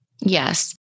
Yes